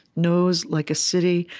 nose like a city,